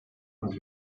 und